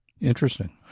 Interesting